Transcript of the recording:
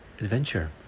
adventure